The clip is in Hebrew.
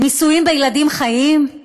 ניסויים בילדים חיים?